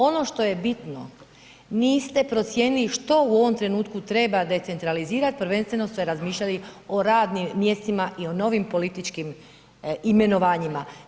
Ono što je bitno, niste procijenili što u ovom trenutku treba decentralizirat prvenstveno ste razmišljali o radnim mjestima i o novim političkim imenovanjima.